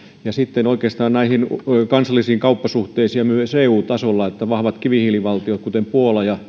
ja sitten oikeastaan näihin kansallisiin kauppasuhteisiin ja myös eu tasolla koskahan me pääsisimme vahvoissa kivihiilivaltioissa kuten puolassa ja